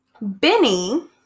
Benny